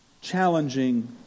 challenging